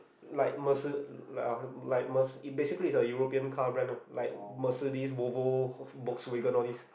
like merce~ like uh like merce~ basically is a European car brand lah like Mercedes Volvo Volkswagen all these